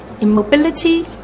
immobility